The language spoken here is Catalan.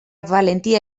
valentia